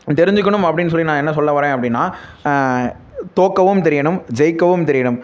தெரிஞ்சுக்கணும் அப்படின்னு சொல்லி நான் என்ன சொல்ல வர்றேன் அப்படின்னா தோற்கவும் தெரியணும் ஜெயிக்கவும் தெரியணும்